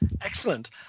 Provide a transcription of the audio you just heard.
Excellent